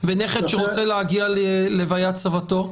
ונכד שרוצה להגיע להלוויית סבתו?